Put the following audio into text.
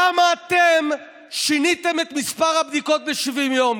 כמה אתם שיניתם את מספר הבדיקות ב-70 יום?